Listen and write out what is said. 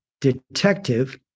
detective